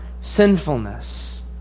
sinfulness